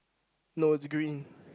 no it's green